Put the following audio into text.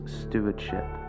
stewardship